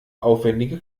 aufwendige